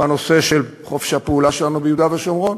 בנושא של חופש הפעולה שלנו ביהודה ושומרון,